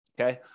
Okay